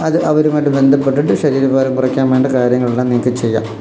അത് അവരുമായിട്ടു ബന്ധപ്പെട്ടിട്ടു ശരീരഭാരം കുറക്കാൻ വേണ്ട കാര്യങ്ങളെല്ലാം നിങ്ങള്ക്കു ചെയ്യാം